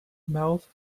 mouth